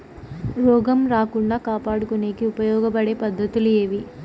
రోగం రాకుండా కాపాడుకునేకి ఉపయోగపడే పద్ధతులు ఏవి?